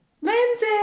Lindsay